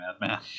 madman